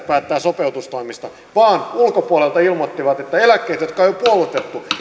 sopeutustoimista vaan ulkopuolelta ilmoittivat että eläkkeitä jotka on jo puolitettu